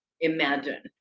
imagine